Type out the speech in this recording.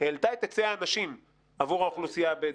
של הנשים עבור האוכלוסייה הבדואית.